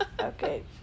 okay